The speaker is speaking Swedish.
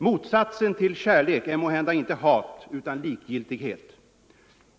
Motsatsen till kärlek är måhända inte hat utan likgiltighet.